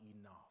enough